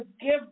give